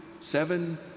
seven